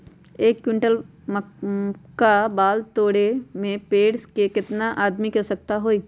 एक क्विंटल मक्का बाल तोरे में पेड़ से केतना आदमी के आवश्कता होई?